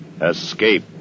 escape